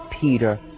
Peter